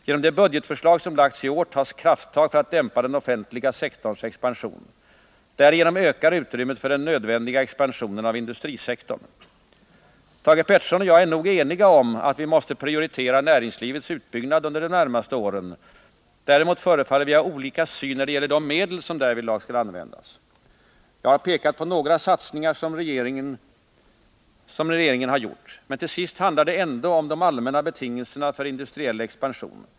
Genom det budgetförslag som lagts i år tas krafttag för att dämpa den offentliga sektorns expansion. Därigenom ökar utrymmet för den nödvändiga expansionen av industrisektorn. Thage Peterson och jag är nog eniga om att vi måste prioritera näringslivets utbyggnad under de närmaste åren. Däremot förefaller vi ha olika syn när det gäller de medel som därvidlag skall användas. Jag har pekat på några satsningar som regeringen gjort. Men till sist handlar det ändå om de allmänna betingelserna för industriell expansion.